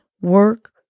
Work